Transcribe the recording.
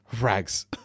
rags